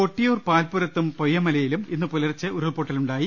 കൊട്ടിയൂർ പാൽപ്പുരത്തും പൊയ്യമലയിലും ഇന്ന് പുലർച്ചെ ഉരുൾപൊട്ടലുണ്ടായി